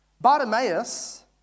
Bartimaeus